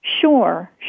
Sure